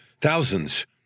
thousands